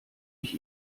ich